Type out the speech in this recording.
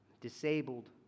disabled